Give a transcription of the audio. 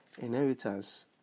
inheritance